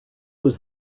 was